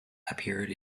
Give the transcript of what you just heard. appeared